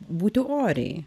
būti oriai